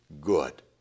good